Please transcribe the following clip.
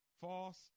False